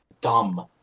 dumb